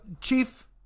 Chief